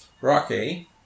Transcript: Rocky